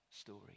story